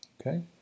Okay